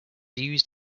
used